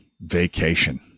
vacation